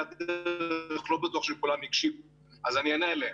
ואני אענה עליהן.